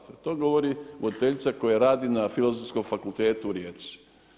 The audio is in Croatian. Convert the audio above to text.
Pazite, to govori voditeljica koja radi na Filozofskom fakultetu u Rijeci.